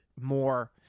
more